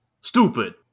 stupid